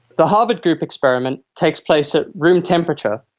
the harvard group experiment takes place at room temperature,